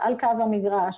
המגרש, על קו המגרש,